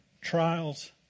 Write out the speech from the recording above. trials